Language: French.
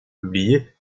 publié